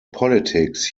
politics